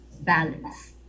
balance